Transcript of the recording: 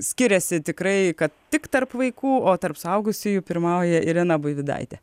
skiriasi tikrai kad tik tarp vaikų o tarp suaugusiųjų pirmauja irena buivydaitė